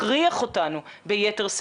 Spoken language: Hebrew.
והם יאירו אותנו באיך,